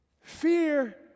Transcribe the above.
Fear